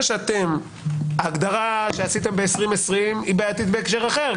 ההגדרה שעשיתם ב-2020 בעייתית בהקשר אחר,